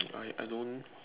I I don't